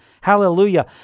Hallelujah